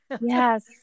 Yes